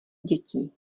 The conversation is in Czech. dětí